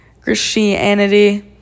Christianity